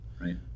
Right